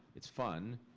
it's fun,